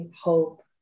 hope